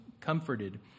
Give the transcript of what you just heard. comforted